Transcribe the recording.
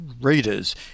readers